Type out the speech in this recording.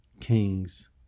kings